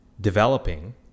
developing